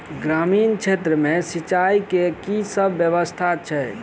ग्रामीण क्षेत्र मे सिंचाई केँ की सब व्यवस्था छै?